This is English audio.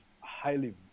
highly